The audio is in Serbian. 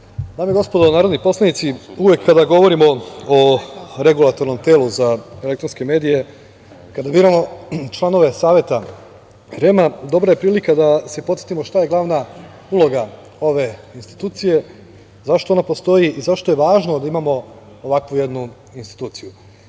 i gospodo narodni poslanici, uvek kada govorimo o Regulatornom telu za elektronske medije, kada biramo članove Saveta REM-a dobra je prilika da se podsetimo šta je glavna uloga ove institucije, zašto ona postoji i zašto je važno da imao ovakvu jednu instituciju. Kao